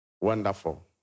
Wonderful